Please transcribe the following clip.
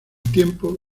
tiempo